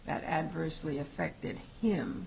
that adversely affected him